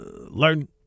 learn